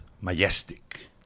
majestic